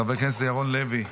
חבר הכנסת ירון לוי,